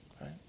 right